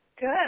Good